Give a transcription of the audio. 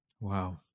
Wow